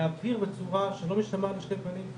אחרי ההיגיון ובסוף התלבושת המשפטית פה,